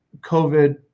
covid